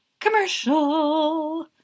Commercial